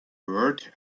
word